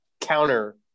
counter